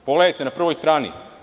Pogledajte na prvoj strani.